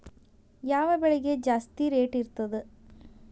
ಯಾವ ಬೆಳಿಗೆ ಜಾಸ್ತಿ ರೇಟ್ ಇರ್ತದ?